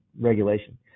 regulation